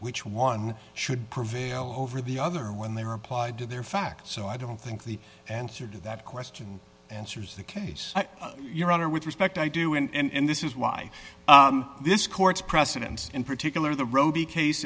which one should prevail over the other when they are applied to their facts so i don't think the answer to that question answers the case your honor with respect i do and this is why this court's precedents in particular the robie case